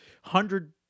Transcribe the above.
hundred